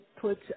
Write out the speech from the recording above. put